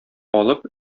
алып